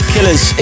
Killers